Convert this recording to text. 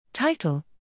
TITLE